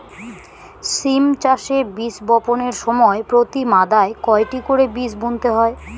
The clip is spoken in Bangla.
সিম চাষে বীজ বপনের সময় প্রতি মাদায় কয়টি করে বীজ বুনতে হয়?